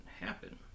happen